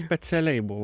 specialiai buvo